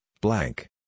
blank